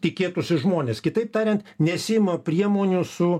tikėtųsi žmonės kitaip tariant nesiima priemonių su